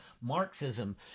Marxism